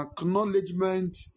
acknowledgement